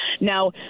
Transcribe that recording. Now